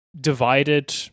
divided